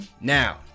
Now